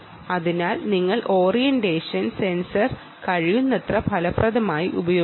അതിനാൽ നിങ്ങൾ orientation sensor കഴിയുന്നത്ര ഫലപ്രദമായി ഉപയോഗിക്കണം